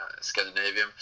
Scandinavia